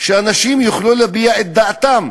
שאנשים יוכלו להביע את דעתם,